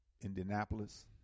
Indianapolis